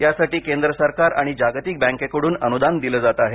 यासाठी केंद्र सरकार आणि जागतिक बँकेकडून अनुदान दिल जात आहे